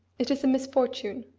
it is a misfortune.